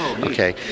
Okay